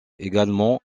également